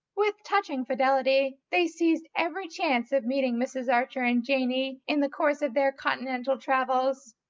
with touching fidelity they seized every chance of meeting mrs. archer and janey in the course of their continental travels,